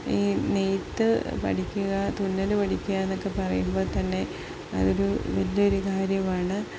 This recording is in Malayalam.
ഈ നെയ്ത്ത് പഠിക്കുക തുന്നല് പഠിക്കുകയെന്നൊക്കെ പറയുമ്പോള്ത്തന്നെ അതൊരു വലിയൊരു കാര്യമാണ്